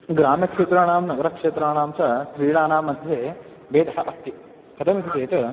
ग्रामक्षेत्राणां नगरक्षेत्राणां च क्रीडानां मध्ये भेदः अस्ति कतमिति चेत्